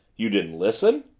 you didn't listen?